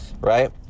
right